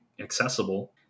accessible